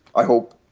i hope,